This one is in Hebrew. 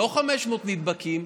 לא 500 נדבקים,